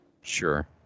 Sure